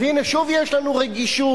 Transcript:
אז הנה, שוב יש לנו רגישות,